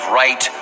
right